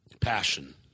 Passion